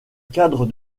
cadre